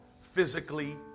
physically